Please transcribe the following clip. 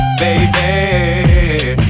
baby